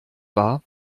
wahr